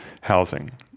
housing